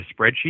spreadsheet